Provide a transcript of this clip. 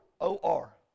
O-R